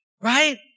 right